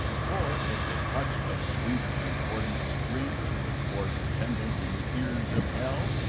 for, if the touch of sweet concordant strings could force attendance in the ears of hell,